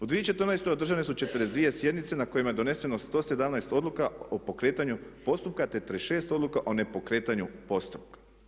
U 2014. održane su 42 sjednice na kojima je doneseno 117 odluka o pokretanju postupka te 36 odluka o nepokretanju postupka.